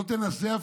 לא תנסה,